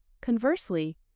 Conversely